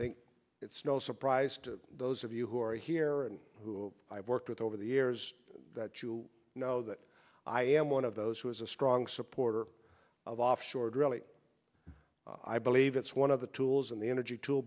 think it's no surprise to those of you who are here and who i've worked with over the years that you know that i am one of those who is a strong supporter of offshore drilling i believe it's one of the tools in the energy to